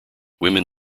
women